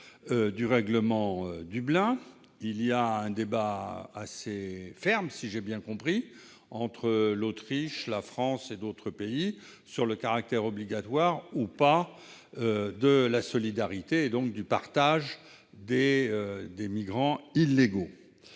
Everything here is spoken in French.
du règlement Dublin ? Un débat assez ferme, si j'ai bien compris, est en cours entre l'Autriche, la France et d'autres pays sur le caractère obligatoire ou non de la solidarité et donc du partage des migrants illégaux.